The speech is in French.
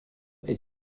est